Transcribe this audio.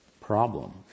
problem